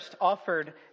offered